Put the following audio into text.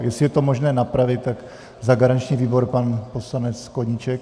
Jestli je to možné napravit, tak za garanční výbor pan poslanec Koníček.